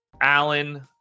Allen